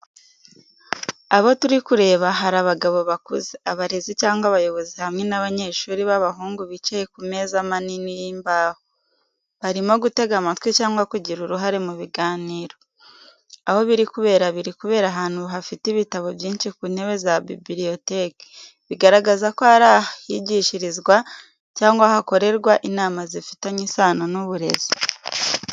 Abo turi kureba hari abagabo bakuze, abarezi cyangwa abayobozi hamwe n'abanyeshuri b'abahungu bicaye ku meza minini y’imbaho, barimo gutega amatwi cyangwa kugira uruhare mu biganiro. Aho biri kubera biri kubera ahantu hafite ibitabo byinshi ku ntebe za bibliotheque, bigaragaza ko ari ahigishirizwa cyangwa hakorerwa inama zifitanye isano n’uburezi.